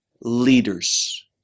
leaders